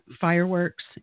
fireworks